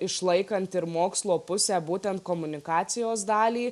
išlaikant ir mokslo pusę būtent komunikacijos dalį